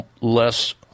less